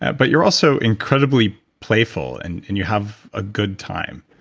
but you're also incredibly playful, and and you have a good time.